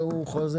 וכו'.